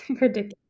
ridiculous